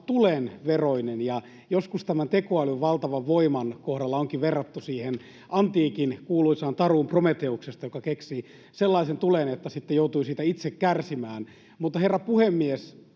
tulen veroinen. Ja joskus tämän tekoälyn valtavan voiman kohdalla onkin verrattu siihen antiikin kuuluisaan taruun Prometheuksesta, joka keksi sellaisen tulen, että sitten joutui siitä itse kärsimään. Mutta, herra puhemies,